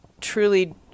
truly